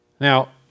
Now